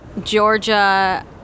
Georgia